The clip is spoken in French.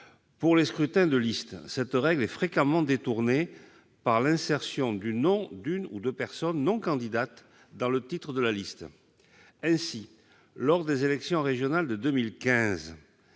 Pour les scrutins de liste, cette règle est fréquemment détournée par l'insertion du nom d'une ou de personnes non candidates dans le titre de la liste. Ainsi, lors des élections régionales de 2015,